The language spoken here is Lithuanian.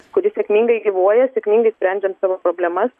kuri sėkmingai gyvuoja sėkmingai sprendžiam savo problemas